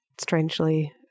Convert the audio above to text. strangely